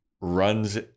runs